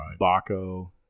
Baco